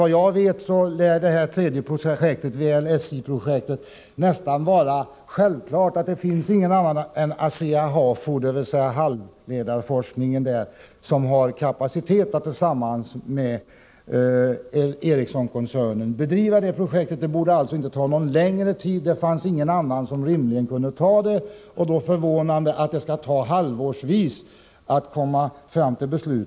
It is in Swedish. När det gäller det tredje projektet — VLSI-projektet — lär såvitt jag vet det vara så gott som självklart att det inte finns någon annan än Asea-Hafo, dvs. ASEA:s halvledarforskning, som har kapacitet att tillsammans med Ericssonkoncernen bedriva detta projekt. Det borde alltså inte ta någon längre tid att få till stånd ett avtal. Det finns ingen annan som rimligen kan åta sig detta projekt. Det är då förvånande att det skall dröja halvår innan man kommer fram till beslut.